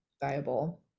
viable